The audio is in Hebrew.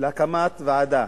בהקמת ועדה,